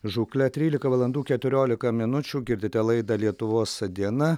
žūkle trylika valandų keturiolika minučių girdite laidą lietuvos diena